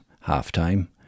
half-time